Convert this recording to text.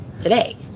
today